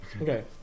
Okay